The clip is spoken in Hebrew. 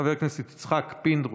חבר הכנסת יצחק פינדרוס,